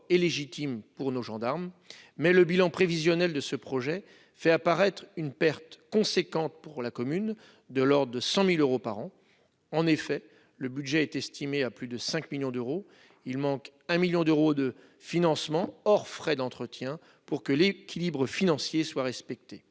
et légitime pour nos gendarmes. Mais le bilan prévisionnel de ce projet fait apparaître une perte importante pour la commune, de l'ordre de 100 000 euros par an. En effet, le budget est estimé à plus de 5 millions d'euros et il manque 1 million d'euros de financement, hors frais d'entretien, pour que l'équilibre financier soit respecté.